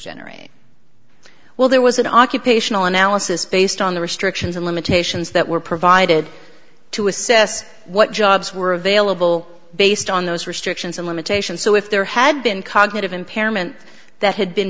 generate well there was an occupational analysis based on the restrictions and limitations that were provided to assess what jobs were available based on those restrictions and limitations so if there had been cognitive impairment that had been